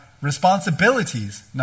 responsibilities